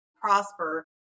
prosper